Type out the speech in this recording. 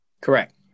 Correct